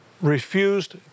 refused